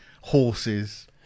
horses